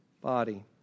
body